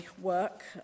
work